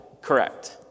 Correct